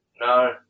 No